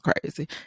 crazy